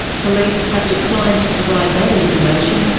police have declined to provide that information,